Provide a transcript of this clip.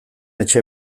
etxe